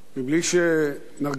בלי שנרגיש,